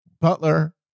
Butler